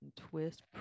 twist